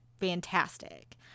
fantastic